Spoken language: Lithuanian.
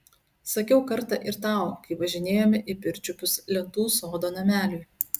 sakiau kartą ir tau kai važinėjome į pirčiupius lentų sodo nameliui